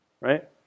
Right